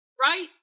right